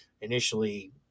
initially